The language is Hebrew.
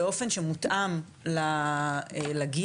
באופן שמותאם לגיל,